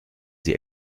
sie